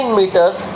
meters